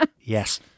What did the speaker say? Yes